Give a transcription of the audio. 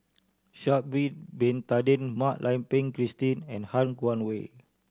Sha'ari Bin Tadin Mak Lai Peng Christine and Han Guangwei